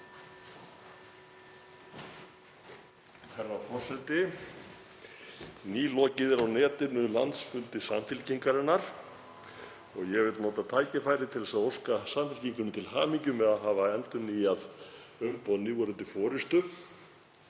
Herra forseti. Nýlokið er á netinu landsfundi Samfylkingarinnar og ég vil nota tækifærið til að óska Samfylkingunni til hamingju með að hafa endurnýjað umboð núverandi forystu.